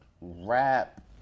rap